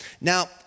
Now